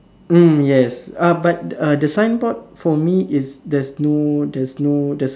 mm yes uh but uh the signboard for me is there's no there's no there's no